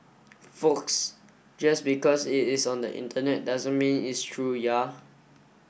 folks just because it is on the Internet doesn't mean it's true ya